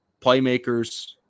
Playmakers